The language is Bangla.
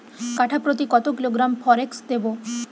কাঠাপ্রতি কত কিলোগ্রাম ফরেক্স দেবো?